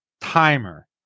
timer